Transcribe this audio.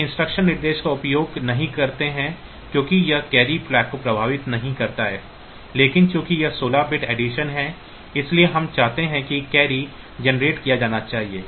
हम इंस्ट्रक्शन निर्देश का उपयोग नहीं करते हैं क्योंकि यह कैरी फ़्लैग को प्रभावित नहीं करता है लेकिन चूंकि यह 16 बिट addition है इसलिए हम चाहते हैं कि कैरी जनरेट किया जाना चाहिए